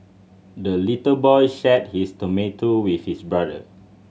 the little boy shared his tomato with his brother